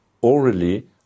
orally